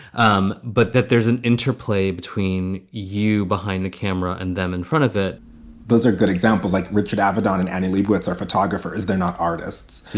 um but that there's an interplay between you behind the camera and then in front of it those are good examples like richard avedon and annie liebowitz, our photographers, they're not artists.